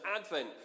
Advent